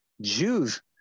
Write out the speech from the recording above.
Jews